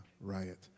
Riot